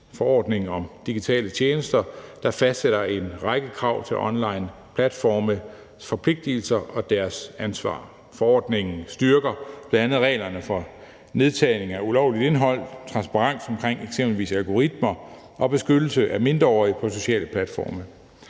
forordningen om digitale tjenester, der fastsætter en række krav til onlineplatformes forpligtigelser og deres ansvar. Forordningen styrker bl.a. reglerne for nedtagning af ulovligt indhold, transparens omkring eksempelvis algoritmer og beskyttelse af mindreårige på sociale platforme.